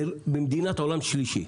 זה מדינת עולם שלישי.